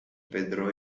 vedrò